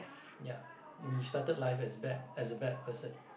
ya you mean you started life as bad as a bad person